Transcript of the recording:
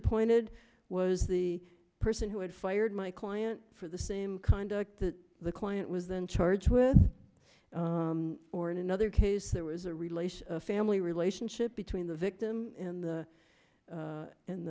appointed was the person who had fired my client for the same conduct that the client was in charge with or in another case there was a relation family relationship between the victim and the and